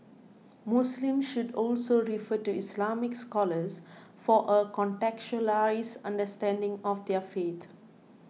muslims should also refer to Islamic scholars for a contextualised understanding of their faith